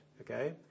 okay